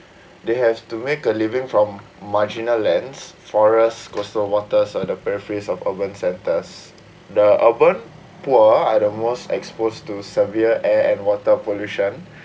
they have to make a living from marginal lands forest coastal waters are the paraphrase of urban centres the urban poor are the most exposed to severe air and water pollution